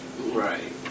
Right